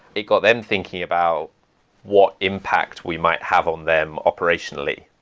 it got them thinking about what impact we might have on them operationally.